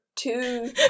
two